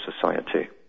Society